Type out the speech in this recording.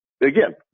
again